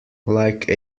like